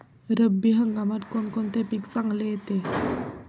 रब्बी हंगामात कोणते पीक चांगले येते?